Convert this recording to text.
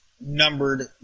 numbered